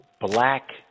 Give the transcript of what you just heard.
black